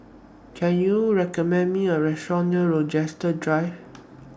Can YOU recommend Me A Restaurant near Rochester Drive